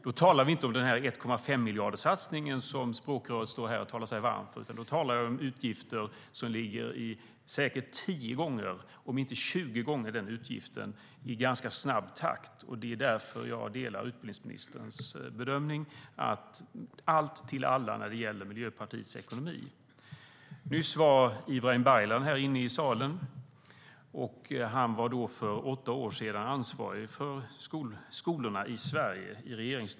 Jag talar inte om satsningen på 1,5 miljarder, som språkröret talar sig varm för. Jag talar om utgifter som är 10-20 gånger den utgiften, i ganska snabb takt. Därför delar jag utbildningsministerns bedömning att det är allt till alla i Miljöpartiets ekonomi. Nyss var Ibrahim Baylan i salen. För åtta år sedan var han ansvarig minister för skolorna i Sverige.